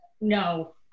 No